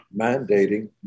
mandating